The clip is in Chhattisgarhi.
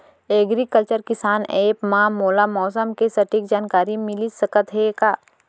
एग्रीकल्चर किसान एप मा मोला मौसम के सटीक जानकारी मिलिस सकत हे का?